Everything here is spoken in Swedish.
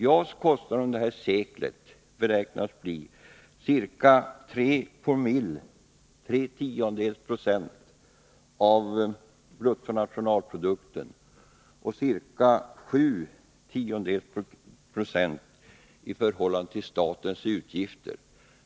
JAS kostnader under det här seklet beräknas bli ca 0,3 20 av bruttonationalprodukten och ca 0,7 26 av statens utgifter.